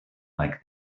like